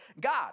God